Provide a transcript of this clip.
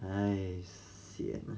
!hais! sian ah